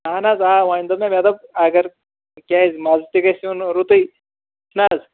اَہَن حظ آ وۅنۍ دوٚپ مےٚ مےٚ دوٚپ اگر کیٛازِ مَزٕ تہِ گژھِ یُن رُتُے چھُنہٕ حظ